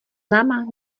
náma